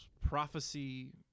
prophecy